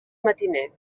matiner